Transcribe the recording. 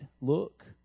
look